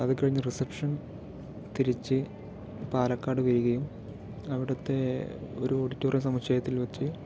അതുകഴിഞ്ഞ് റിസപ്ഷൻ തിരിച്ച് പാലക്കാട് വരികയും അവിടുത്തെ ഒരു ഓഡിറ്റോറിയ സമുച്ചയത്തിൽവെച്ച്